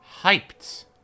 hyped